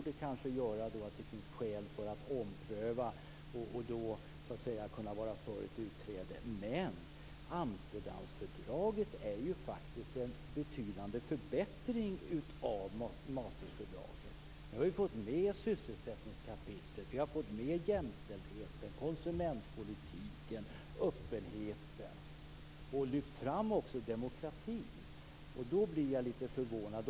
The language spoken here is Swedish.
Då menar man att det finns skäl för att ompröva och kunna vara för ett utträde. Men Amsterdamfördraget är ju en betydande förbättring av Maastrichtfördraget. Vi har fått med sysselsättningskapitlet, jämställdheten, konsumentpolitiken, öppenheten och också lyft fram demokratin. Därför blir jag förvånad.